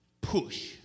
push